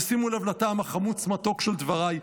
ושימו לב לטעם החמוץ-מתוק של דבריי,